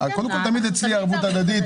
קודם כול, תמיד אצלי הערבות ההדדית.